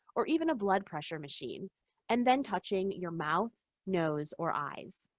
or even a blood pressure machine and then touching your mouth, nose, or eyes.